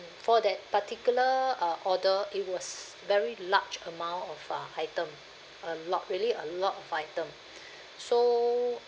for that particular uh order it was very large amount of uh item a lot really a lot of item so